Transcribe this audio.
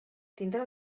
tindrà